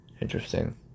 Interesting